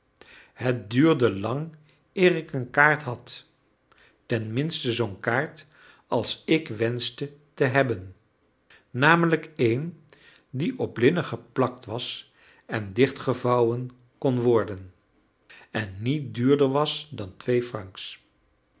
het duurde lang eer ik een kaart had tenminste zoo'n kaart als ik wenschte te hebben namelijk een die op linnen geplakt was en dichtgevouwen kon worden en niet duurder dan twee francs